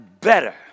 better